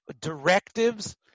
directives